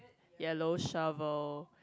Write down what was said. ya low shovel